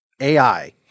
AI